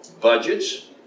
budgets